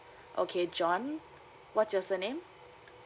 okay john what's your surname